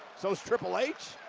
so is triple h.